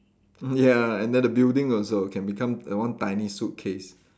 ya and then the building also can become a one tiny suitcase